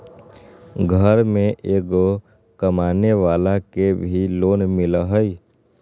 घर में एगो कमानेवाला के भी लोन मिलहई?